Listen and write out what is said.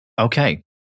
Okay